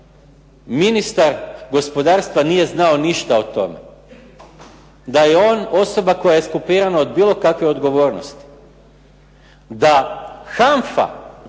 ministar gospodarstva nije znao ništa o tome. Da je on osoba koja je eskulpirana od bilo kakve odgovornosti. Da HANFA